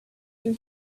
and